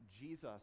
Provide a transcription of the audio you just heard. Jesus